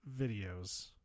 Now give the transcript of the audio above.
videos